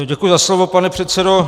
Děkuji za slovo, pane předsedo.